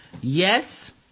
Yes